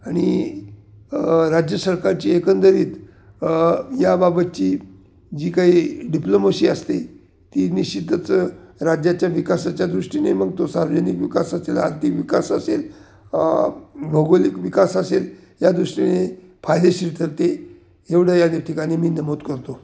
आणि राज्य सरकारची एकंदरीत याबाबतची जी काही डिप्लोमोशी असते ती निश्चितच राज्याच्या विकासाच्या दृष्टीने मग तो सार्वजनिक विकास असेल आर्थिक विकास असेल भौगोलिक विकास असेल या दृष्टीने फायदेशीर ठरते एवढं याने ठिकाणी मी नमूद करतो